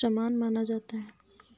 समान माना जाता है